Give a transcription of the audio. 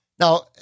Now